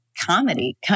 comedy